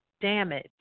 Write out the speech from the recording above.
Damage